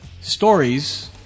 stories